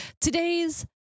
today's